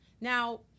now